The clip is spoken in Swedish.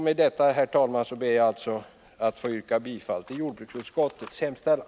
Med detta, herr talman, ber jag att få yrka bifall till jordbruksutskottets hemställan.